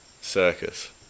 circus